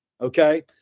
Okay